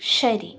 ശരി